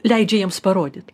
leidžia jiems parodyt